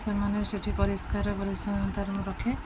ସେମାନେ ବି ସେଠି ପରିଷ୍କାର ପରିଚ୍ଛନତାରେ ମୁଁ ରଖେ